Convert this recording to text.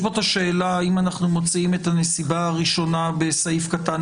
יש כאן את השאלה אם אנחנו מוציאים את הנסיבה הראשונה בסעיף קטן